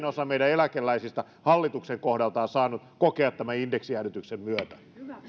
osa meidän eläkeläisistä hallituksen kohdalta on saanut kokea tämän indeksijäädytyksen myötä